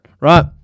right